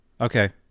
Okay